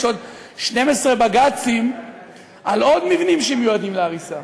יש עוד 12 בג"צים על עוד מבנים שמיועדים להריסה: